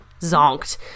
zonked